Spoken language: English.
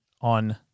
on